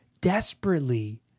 desperately